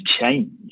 change